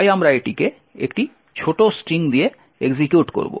তাই আমরা এটিকে একটি ছোট স্ট্রিং দিয়ে এক্সিকিউট করব